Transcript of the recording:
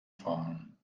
fahren